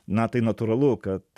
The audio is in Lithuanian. na tai natūralu kad